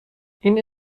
این